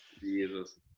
Jesus